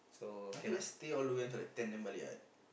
might as well just stay all the way until like ten then balik what